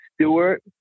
Stewart